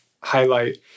highlight